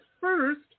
first